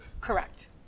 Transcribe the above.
Correct